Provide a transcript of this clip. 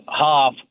half